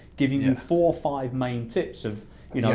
giving you four, five main tips of you know